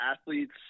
athletes